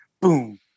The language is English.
Boom